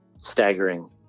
staggering